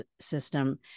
system